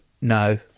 No